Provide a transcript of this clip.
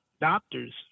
doctors